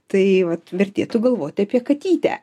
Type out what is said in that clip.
tai vat vertėtų galvoti apie katytę